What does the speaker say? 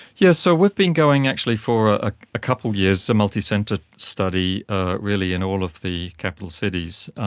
yeah so we've been going actually for ah ah a couple of years, a multicentre study ah really in all of the capital cities.